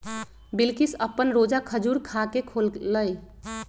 बिलकिश अप्पन रोजा खजूर खा के खोललई